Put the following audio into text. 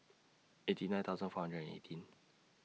eighty nine thousand four hundred and eighteen